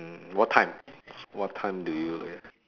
mm what time what time do you look at